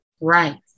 Right